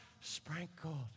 sprinkled